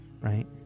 right